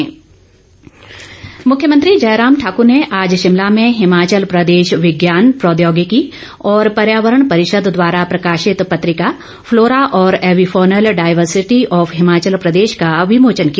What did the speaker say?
विमोचन मुख्यमंत्री जयराम ठाकूर ने आज शिमला में हिमाचल प्रदेश विज्ञान प्रौद्योगिकी और पर्यावरण परिषद द्वारा प्रकाशित पत्रिका फलोरा और avifaunal diversity of Himachal Pradesh का विमोचन किया